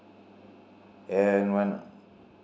and when